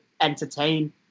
entertain